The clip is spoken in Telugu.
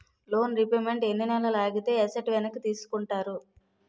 లోన్ రీపేమెంట్ ఎన్ని నెలలు ఆగితే ఎసట్ వెనక్కి తీసుకుంటారు?